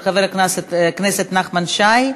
של חבר הכנסת נחמן שי.